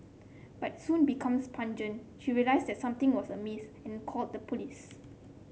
but soon becomes pungent she realized that something was amiss and called the police